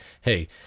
hey